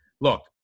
look